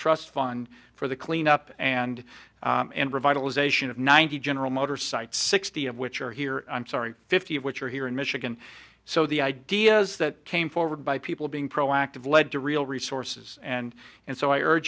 trust fund for the clean up and and revitalization of ninety general motors sites sixty of which are here i'm sorry fifty of which are here in michigan so the ideas that came forward by people being proactive lead to real resources and and so i